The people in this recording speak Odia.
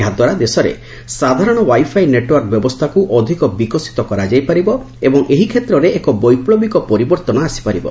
ଏହାଦ୍ୱାରା ଦେଶରେ ସାଧାରଣ ୱାଇଫାଇ ନେଟ୍ୱର୍କ ବ୍ୟବସ୍ଥାକୁ ଅଧିକ ବିକଶିତ କରାଯାଇ ପାରିବ ଏବଂ ଏହି କ୍ଷେତ୍ରରେ ଏକ ବୈପ୍ଲବିକ ପରିବର୍ତ୍ତନ ଆସିପାରିବ